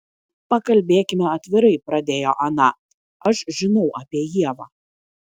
pakalbėkime atvirai pradėjo ana aš žinau apie ievą